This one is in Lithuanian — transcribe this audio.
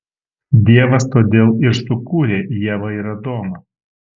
dievas todėl ir sukūrė ievą ir adomą